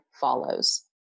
follows